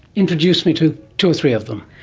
introduce me to two or three of them.